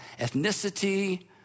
ethnicity